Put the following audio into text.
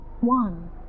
one